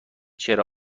چرا